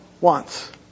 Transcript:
wants